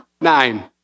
Nine